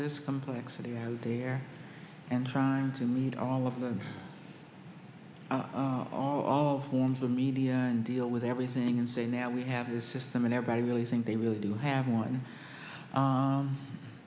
this complexity you have there and trying to meet all of them all forms of media deal with everything and say now we have this system and everybody really think they really do have one